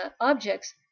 objects